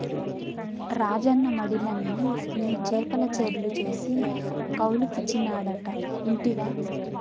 రాజన్న మడిలన్ని నీ చేపల చెర్లు చేసి కౌలుకిచ్చినాడట ఇంటివా